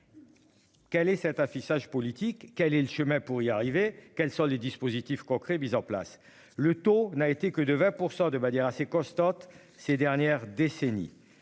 Quel est cet affichage politique, quel est le chemin pour y arriver. Quels sont les dispositifs concrets mise en place, le taux n'a été que de 20% de manière assez constante ces dernières décennies.